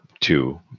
two